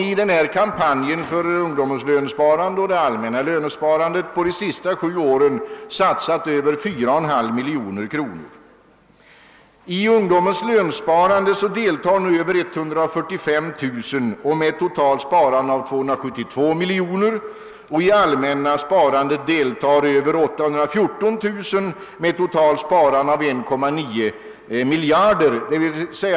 I kampanjen för ungdomens lönsparande och det allmänna lönsparandet har staten under de senaste sju åren satsat över 4,5 miljoner kronor. I ungdomens lönsparande deltar nu över 145 000 personer med ett totalt sparande av 272 miljoner. I det allmänna lönsparandet deltar över 814 000 personer med ett totalt sparande av 1,9 miljarder.